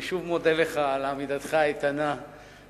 אני שוב מודה לך על עמידתך האיתנה להגן